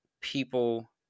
people